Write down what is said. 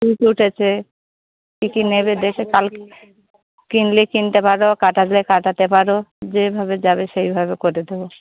ত উঠেছে কি কি নেবে দেখে কালকে কিনলে কিনতে পারো কাটা দলে কাটাতে পারো যেভাবে যাবে সেইভাবে করে দেবো